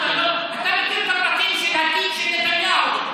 אתה מכיר את הפרטים של התיק של נתניהו.